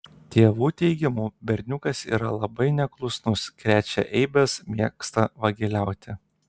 tėvų teigimu berniukas yra labai neklusnus krečia eibes mėgsta vagiliauti